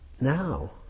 now